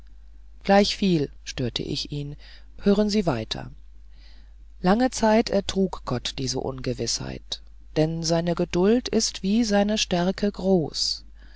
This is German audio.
gleichviel störte ich ihn hören sie weiter lange zeit ertrug gott diese ungewißheit denn seine geduld ist wie seine stärke groß